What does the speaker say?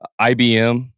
IBM